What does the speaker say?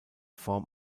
form